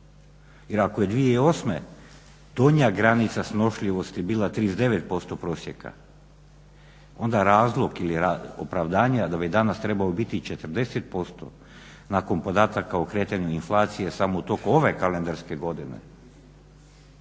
Jer ako je 2008.donja granica snošljivosti bila 39% prosjeka onda razlog ili opravdanje da bi danas trebao biti 40% nakon podataka o kretnju inflacije samo u toku ove kalendarske godine,